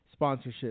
sponsorships